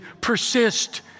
persist